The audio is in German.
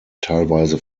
teilweise